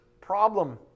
problem